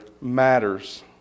matters